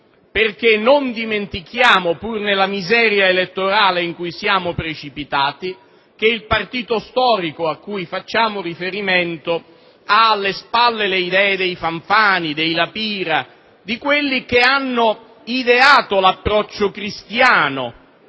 Non dimentichiamo infatti che, pur nella miseria elettorale in cui siamo precipitati, il partito storico al quale facciamo riferimento ha alle spalle le idee dei Fanfani, dei La Pira, di coloro che hanno ideato l'approccio cristiano